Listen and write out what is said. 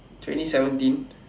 twenty seventeen